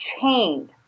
chained